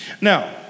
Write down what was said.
Now